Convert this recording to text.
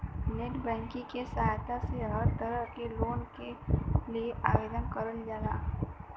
net banking क सहायता से हर तरह क लोन के लिए आवेदन करल जा सकल जाला